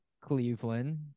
Cleveland